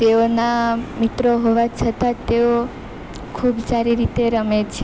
તેઓના મિત્રો હોવા છતાં તેઓ ખૂબ સારી રીતે રમે છે